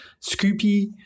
Scoopy